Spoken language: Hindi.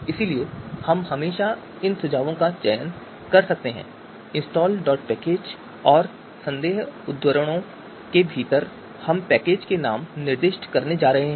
इसलिए हम हमेशा इन सुझावों में से चयन कर सकते हैं इंस्टॉलपैकेज है और संदेह उद्धरणों के भीतर हम पैकेज का नाम निर्दिष्ट करने जा रहे हैं